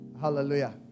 Hallelujah